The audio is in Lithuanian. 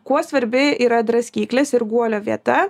kuo svarbi yra draskyklės ir guolio vieta